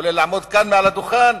כולל לעמוד כאן מעל לדוכן.